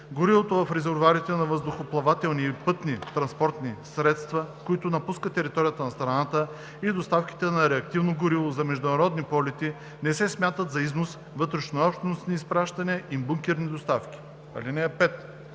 (4)Горивото в резервоарите на въздухоплавателни и пътни транспортни средства, които напускат територията на страната, и доставките на реактивно гориво за международни полети не се смятат за износ, вътрешнообщностни изпращания и бункерни доставки.